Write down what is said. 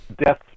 death